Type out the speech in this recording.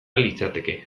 litzateke